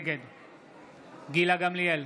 נגד גילה גמליאל,